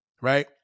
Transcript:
right